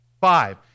Five